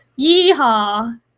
yeehaw